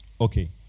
Okay